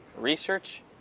research